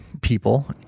people